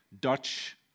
Dutch